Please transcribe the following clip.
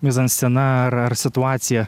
mizanscena ar situacija